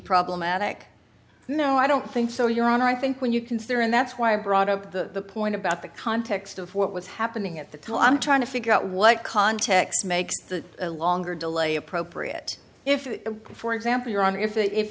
problematic no i don't think so your honor i think when you consider and that's why i brought up the point about the context of what was happening at the time i'm trying to figure out what context makes the a longer delay appropriate if for example your honor if